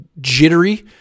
jittery